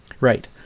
Right